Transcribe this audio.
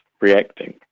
reacting